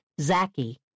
Zacky